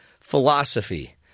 philosophy